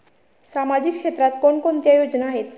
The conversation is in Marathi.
सामाजिक क्षेत्रात कोणकोणत्या योजना आहेत?